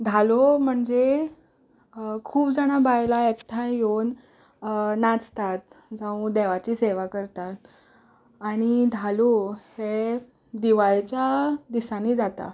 धालो म्हणजे खूब जाणां बायलां एकठांय येवन नाचतात जावं देवाची सेवा करतात आनी धालो हे दिवाळेच्या दिसांनी जाता